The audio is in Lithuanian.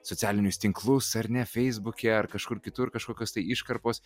socialinius tinklus ar ne feisbuke ar kažkur kitur kažkokios tai iškarpos